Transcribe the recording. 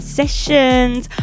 sessions